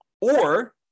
Or-